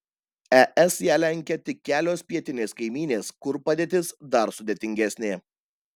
es ją lenkia tik kelios pietinės kaimynės kur padėtis dar sudėtingesnė